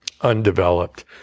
undeveloped